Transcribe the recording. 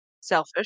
Selfish